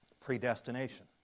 Predestination